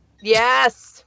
Yes